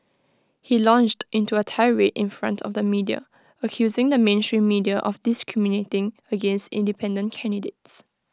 he launched into A tirade in front of the media accusing the mainstream media of discriminating against independent candidates